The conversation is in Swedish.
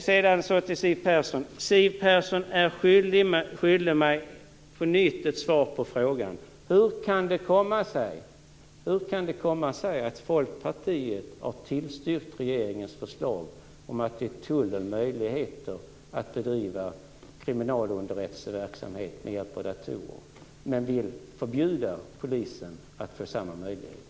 Siw Persson är skyldig mig ett svar på frågan: Hur kan det komma sig att Folkpartiet har tillstyrkt regeringens förslag om att ge tullen möjlighet att bedriva kriminalunderrättelseverksamhet med hjälp av datorer medan man vill förbjuda polisen att få samma möjligheter?